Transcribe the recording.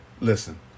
Listen